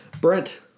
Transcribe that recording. Brent